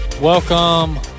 Welcome